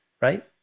right